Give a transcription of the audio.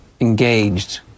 engaged